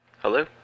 Hello